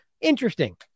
Interesting